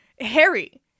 Harry